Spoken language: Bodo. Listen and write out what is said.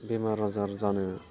बेमार आजार जानो